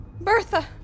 Bertha